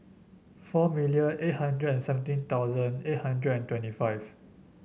four million eight hundred and seventeen thousand eight hundred and twenty five